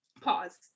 Pause